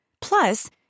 Plus